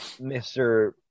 Mr